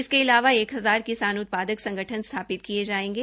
इसके अलावा एक हजार किसान उत्पादक संगठन स्थपित किये जायेंगे